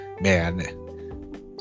Man